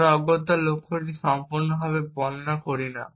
আমরা অগত্যা লক্ষ্যটি সম্পূর্ণরূপে বর্ণনা করি না